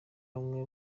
bamwe